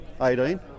18